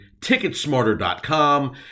TicketSmarter.com